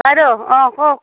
বাইদেউ অ কওক